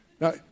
Now